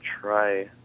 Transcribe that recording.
try